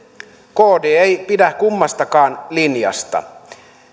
kd ei pidä kummastakaan linjasta